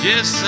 Yes